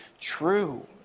true